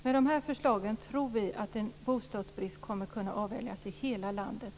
Med de förslagen tror vi att en bostadsbrist kommer att kunna avvärjas i hela landet.